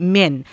men